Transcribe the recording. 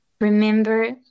remember